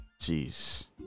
Jeez